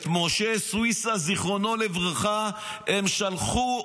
את משה סויסה, זיכרונו לברכה, הם שלחו,